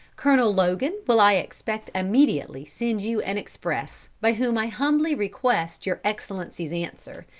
colonel logan will i expect immediately send you an express, by whom i humbly request your excellency's answer.